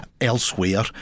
elsewhere